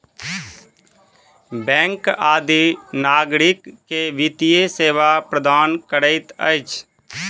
bank आदि नागरिक के वित्तीय सेवा प्रदान करैत अछि